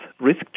risk